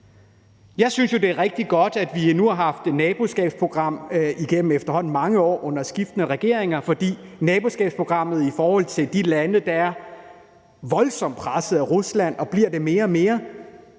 Jeg synes jo, det er rigtig godt, at vi har haft et naboskabsprogram igennem efterhånden mange år under skiftende regeringer, for naboskabsprogrammet og støtten i forhold til de lande, der er voldsomt presset af Rusland og bliver det mere og mere,